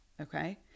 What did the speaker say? Okay